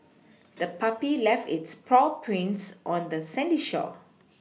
the puppy left its paw prints on the sandy shore